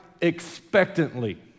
expectantly